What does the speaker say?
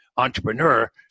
entrepreneur